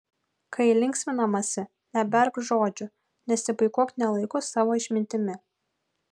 kai linksminamasi neberk žodžių nesipuikuok ne laiku savo išmintimi